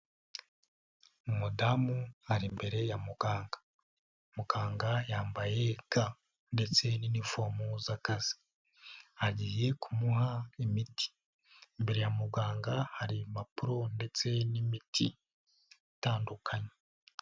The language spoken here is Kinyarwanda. Umudamu ari imbere ya muganga, muganga yambaye ga ndetse n'inifomu z'akazi, agiye kumuha imiti, imbere ya muganga hari impapuro ndetse n'imiti itandukanye.